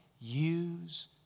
use